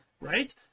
right